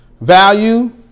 value